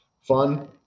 fun